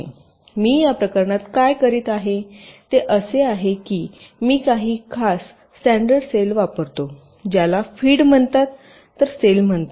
तर मी या प्रकरणात काय करीत आहे ते असे आहे की मी काही खास स्टॅंडर्ड सेल वापरतो ज्याला फीड म्हणतात तर सेल म्हणतात